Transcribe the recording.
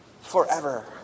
forever